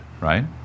right